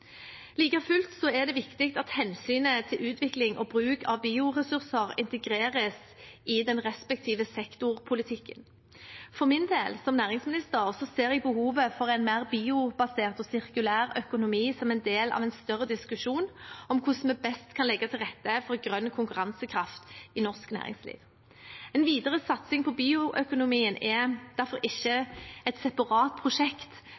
Like fullt er det viktig at hensynet til utvikling og bruk av bioressurser integreres i den respektive sektorpolitikken. For min del, som næringsminister, ser jeg behovet for en mer biobasert og sirkulær økonomi som en del av en større diskusjon om hvordan vi best kan legge til rette for grønn konkurransekraft i norsk næringsliv. En videre satsing på bioøkonomien er derfor ikke et separat prosjekt,